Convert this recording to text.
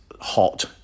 hot